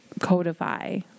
codify